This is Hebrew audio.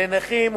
לנכים,